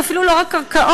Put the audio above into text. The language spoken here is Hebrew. זה אפילו לא רק קרקעות,